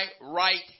right